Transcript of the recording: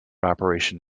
operation